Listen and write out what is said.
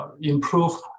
improve